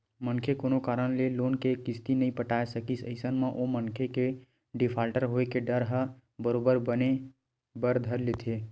मनखे कोनो कारन ले लोन के किस्ती नइ पटाय सकिस अइसन म ओ मनखे के डिफाल्टर होय के डर ह बरोबर बने बर धर लेथे